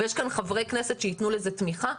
ויש כאן חברי כנסת שיתנו לזה תמיכה.